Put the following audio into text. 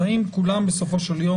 האם כולם בסופו של יום,